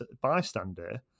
bystander